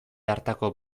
hartako